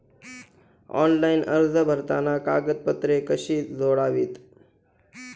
Online अर्ज भरताना कागदपत्रे कशी जोडावीत?